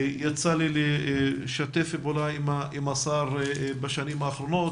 יצא לי לשתף פעולה עם השר בשנים האחרונות,